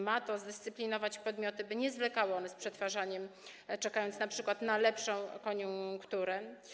Ma to zdyscyplinować podmioty, by nie zwlekały one z przetwarzaniem, czekając np. na lepszą koniunkturę.